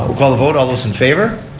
call the vote all those in favor.